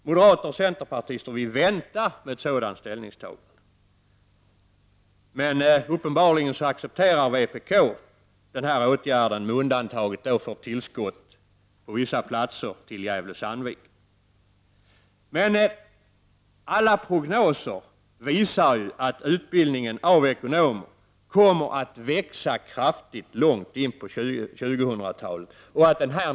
Moderater och centerpartister vill vänta med ett sådant ställningstagande, men uppenbarligen accepterar vpk denna åtgärd med undantag för tillskott av vissa platser till Gävle/Sandviken. Alla prognoser visar att utbildningen av ekonomer kommer att växa kraftigt långt in på 2000-talet.